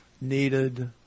needed